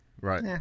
Right